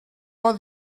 oedd